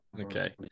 Okay